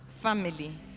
family